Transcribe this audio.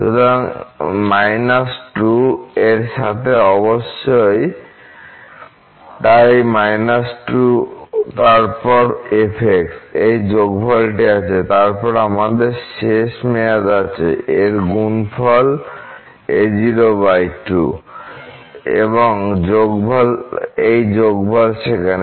সুতরাং 2 এর সাথে অবশ্যই তাই 2 তারপর f এবং এই যোগফলটি আছে এবং তারপর আমাদের শেষ মেয়াদ আছে 2এর গুণফল a0 2 এবং এই যোগফল সেখানে